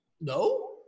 no